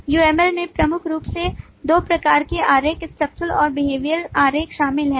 UML में प्रमुख रूप से दो प्रकार के आरेख structural और behavioral आरेख शामिल हैं